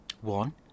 One